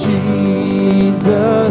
Jesus